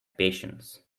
patience